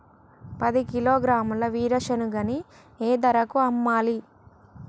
పది కిలోగ్రాముల వేరుశనగని ఏ ధరకు అమ్మాలి?